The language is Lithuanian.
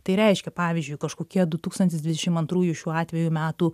tai reiškia pavyzdžiui kažkokie du tūkstantis dvidešim antrųjų šiuo atveju metų